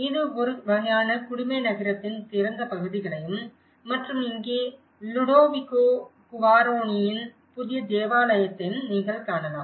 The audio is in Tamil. இது ஒரு வகையான குடிமை நகரத்தின் திறந்த பகுதிகளையும் மற்றும் இங்கே லுடோவிகோ குவாரோனியின் புதிய தேவாலயத்தை நீங்கள் காணலாம்